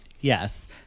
Yes